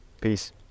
Peace